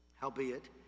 Howbeit